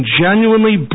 genuinely